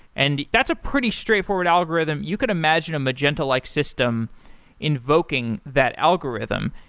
and that's a pretty straightforward algorithm. you could imagine a magenta-like system invoking that algorithm.